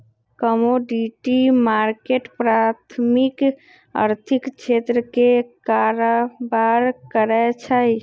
commodity market प्राथमिक आर्थिक क्षेत्र में कारबार करै छइ